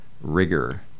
rigor